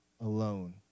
alone